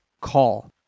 call